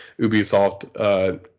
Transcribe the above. Ubisoft